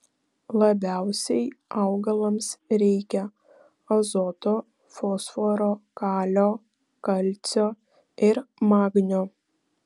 labiausiai augalams reikia azoto fosforo kalio kalcio ir magnio